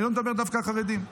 אני לא מדבר דווקא על החרדים,